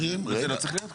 זה לא צריך להיות כך.